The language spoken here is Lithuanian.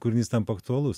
kūrinys tampa aktualus